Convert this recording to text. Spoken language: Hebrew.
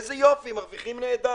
איזה יופי, מרוויחים נהדר...